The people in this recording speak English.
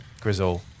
Grizzle